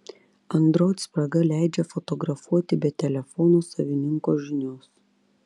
android spraga leidžia fotografuoti be telefono savininko žinios